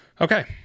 Okay